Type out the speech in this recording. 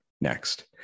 next